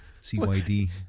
C-Y-D